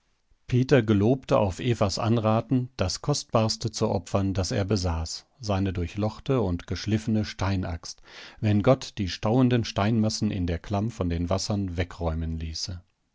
peter gelobte auf evas anraten das kostbarste zu opfern das er besaß seine durchlochte und geschliffene steinaxt wenn gott die stauenden steinmassen in der klamm von den wassern wegräumen ließe